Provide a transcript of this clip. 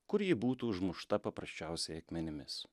kur ji būtų užmušta paprasčiausiai akmenimis